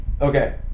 Okay